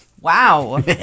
Wow